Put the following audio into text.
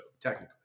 Technically